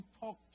talk